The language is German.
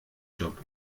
job